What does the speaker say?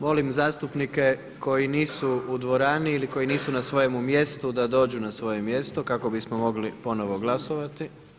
Molim zastupnike koji nisu u dvorani ili koji nisu na svojemu mjestu da dođu na svoje mjesto kako bismo mogli ponovo glasovati.